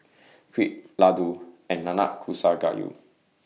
Crepe Ladoo and Nanakusa Gayu